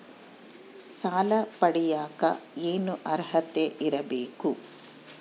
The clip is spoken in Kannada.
ಸಾಲ ಪಡಿಯಕ ಏನು ಅರ್ಹತೆ ಇರಬೇಕು?